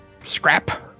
scrap